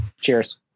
Cheers